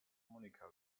monica